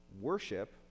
worship